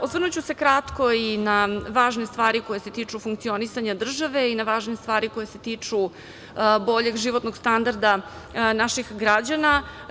Osvrnuću se kratko i na važne stvari koje se tiču funkcionisanja države i na važne stvari koje se tiču boljeg životnog standarda naših građana.